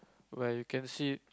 where you can see